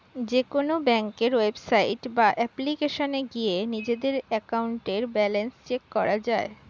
যেকোনো ব্যাংকের ওয়েবসাইট বা অ্যাপ্লিকেশনে গিয়ে নিজেদের অ্যাকাউন্টের ব্যালেন্স চেক করা যায়